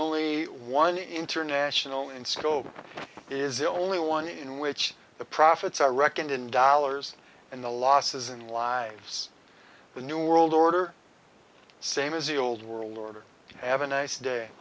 only one international in scope is the only one in which the profits are reckoned in dollars and the losses in lives the new world order same as the old world order have a nice day